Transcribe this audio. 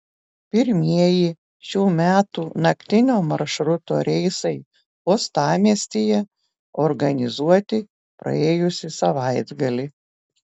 pirmieji šių metų naktinio maršruto reisai uostamiestyje organizuoti praėjusį savaitgalį